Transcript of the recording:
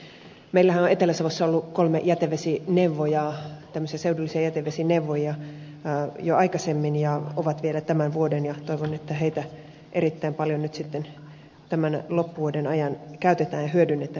meillähän on etelä savossa ollut kolme tämmöistä seudullista jätevesineuvojaa jo aikaisemmin ja ovat vielä tämän vuoden ja toivon että heitä erittäin paljon nyt sitten tämän loppuvuoden ajan käytetään ja hyödynnetään